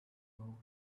home